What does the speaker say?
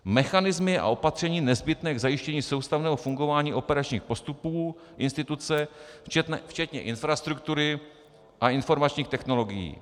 p) mechanismy a opatření nezbytné k zajištění soustavného fungování operačních postupů instituce, včetně infrastruktury a informačních technologií,